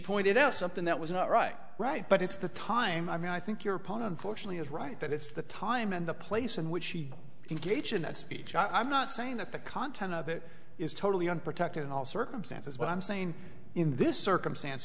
pointed out something that was not right right but it's the time i mean i think your opponent fortunately is right that it's the time and the place in which she engages in that speech i'm not saying that the content of it is totally unprotected in all circumstances but i'm saying in this circumstance